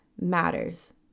matters